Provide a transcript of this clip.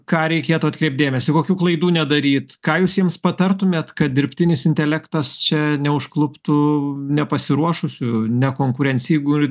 ką reikėtų atkreipt dėmesį kokių klaidų nedaryt ką jūs jiems patartumėt kad dirbtinis intelektas čia neužkluptų nepasiruošusių nekonkurencingų ir